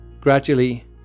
Gradually